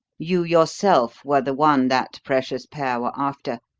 you yourself were the one that precious pair were after,